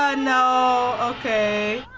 ah no. okay.